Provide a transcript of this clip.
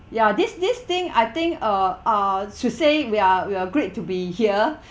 ya this this thing I think uh uh should say we are we are great to be here